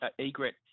Egret